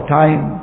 time